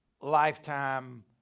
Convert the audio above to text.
lifetime